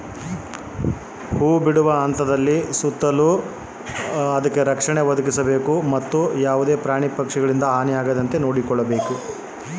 ಹೂ ಬಿಡುವ ಹಂತದಲ್ಲಿ ತೆಗೆದುಕೊಳ್ಳಬೇಕಾದ ಮುನ್ನೆಚ್ಚರಿಕೆಗಳನ್ನು ತಿಳಿಸಿ?